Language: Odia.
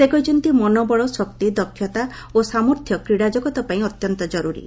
ସେ କହିଛନ୍ତି ମନୋବଳ ଶକ୍ତି ଦକ୍ଷତା ଓ ସାମର୍ଥ୍ୟ କ୍ରୀଡ଼ାଜଗତପାଇଁ ଅତ୍ୟନ୍ତ ଜରୁରୀ